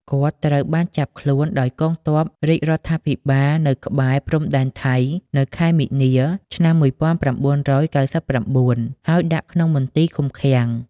គាត់ ត្រូវបាន ចាប់ខ្លួន ដោយកងទ័ពរាជរដ្ឋាភិបាលនៅក្បែរ ព្រំដែនថៃ នៅខែមីនា ឆ្នាំ១៩៩៩ ហើយ ដាក់ក្នុងមន្ទីរឃុំឃាំង ។